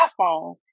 iPhone